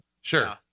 Sure